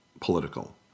political